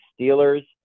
Steelers